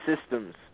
systems